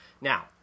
now